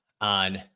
on